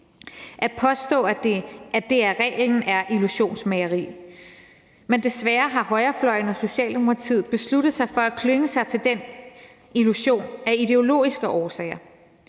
At påstå, at det er reglen, er illusionsmageri, men desværre har højrefløjen og Socialdemokratiet besluttet sig for at klynge sig til den illusion af ideologiske årsager.